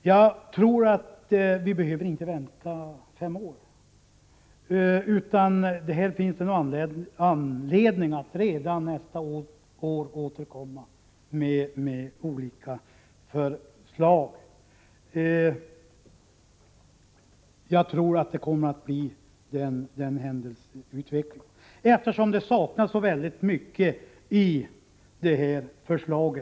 Jag tror inte att vi behöver vänta fem år utan att det redan nästa år finns anledning att återkomma med olika förslag. Jag tror att vi får den händelseutvecklingen, eftersom det saknas väldigt mycket i det här förslaget.